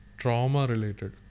trauma-related